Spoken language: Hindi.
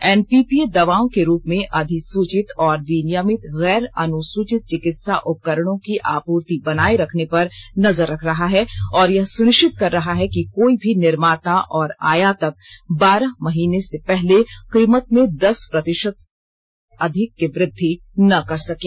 एनपीपीए दवाओं के रूप में अधिसुचित और विनियमित गैर अनुसुचित चिकित्सा उपकरणों की आपूर्ति बनाए रखने पर नजर रख रहा है और यह सुनिश्चित कर रहा है कि कोई भी निर्माता और आयातक बारह महीने से पहले कीमत में दस प्रतिशत से अधिक की वृद्धि न कर सकें